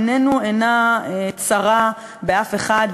עיננו אינה צרה באף אחד,